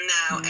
now